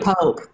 Pope